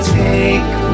take